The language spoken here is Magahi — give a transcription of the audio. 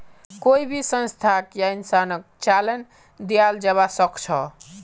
कोई भी संस्थाक या इंसानक चालान दियाल जबा सख छ